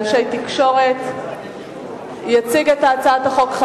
אני קובעת שהצעת החוק נפלה.